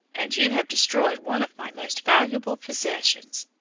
and you have destroyed one of my most valuable possessions.